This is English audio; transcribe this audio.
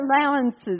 allowances